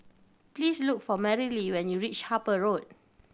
please look for Merrilee when you reach Harper Road